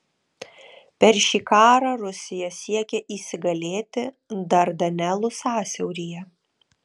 per šį karą rusija siekė įsigalėti dardanelų sąsiauryje